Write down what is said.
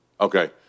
Okay